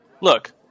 Look